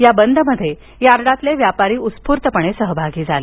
या बंदमध्ये यार्डातील व्यापारी उत्स्फूर्तपणे सहभागी झाले